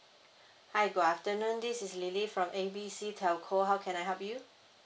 hi good afternoon this is lily from A B C telco how can I help you